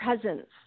presence